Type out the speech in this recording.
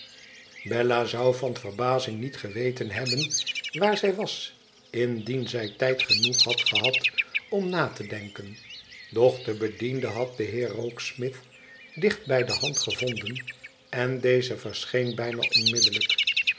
bella zou van verbazing niet geweten hebben waar zij was indieii zij tijd genoeg had gehad om na te denken doch de bediende had den heer rokesmith dicht bij de hand gevonden en deze verscheen bijna onmiddellijk